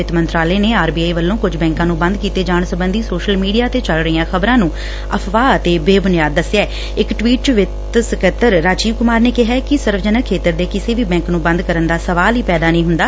ਵਿੱਤ ਮੰਤਰਾਲੇ ਨੇ ਵੀ ਆਰ ਬੀ ਆਈ ਵੱਲੋਂ ਕੁਝ ਬੈਂਕਾਂ ਨੂੰ ਬੰਦ ਕੀਤੇ ਜਾਣ ਸਬੰਧੀ ਸ਼ੋਸਲ ਮੀਡੀਆ ਤੇ ਚਲ ਰਹੀਆਂ ਖ਼ਬਰਾਂ ਨੂੰ ਅਫ਼ਵਾਹ ਅਤੇ ਬੇਬੁਨਿਆਦ ਦਸਿਐ ਇਕ ਟਵੀਟ ਚ ਵਿੱਤ ਸਕੱਤਰ ਰਾਜੀਵ ਕੁਮਾਰ ਨੇ ਕਿਹੈ ਕਿ ਸਰਵ ਜਨਕ ਖੇਤਰ ਦੇ ਕਿਸੇ ਬੈਂਕ ਨੂੰ ਬੰਦ ਕਰਨ ਦਾ ਸਵਾਲ ਹੀ ਪੈਦਾ ਨਹੀਂ ਹੁੰਦਾ